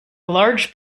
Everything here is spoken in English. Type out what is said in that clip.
large